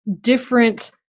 different